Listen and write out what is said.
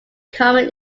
common